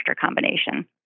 combination